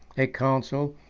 a consul,